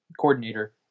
coordinator